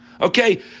okay